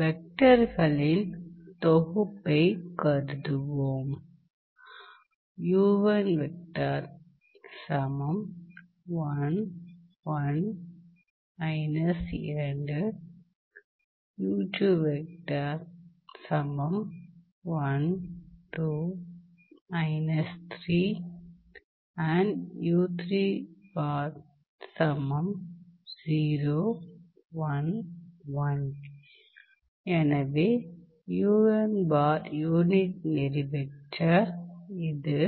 வெக்டர்களின் தொகுப்பைக் கருதுவோம் எனவே யூனிட் நெறி வெக்டர் இது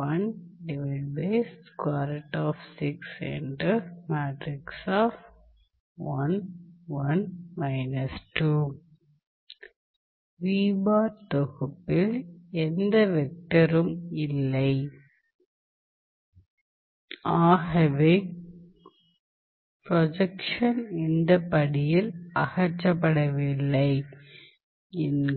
எனவே தொகுப்பில் எந்த வெக்டரும் இல்லை ஆகவே ப்ரொஜெக்ஷன் இந்த படியில் அகற்றப்படவில்லை என்கிறோம்